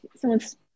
Someone's